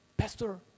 Pastor